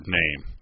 name